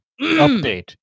update